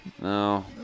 No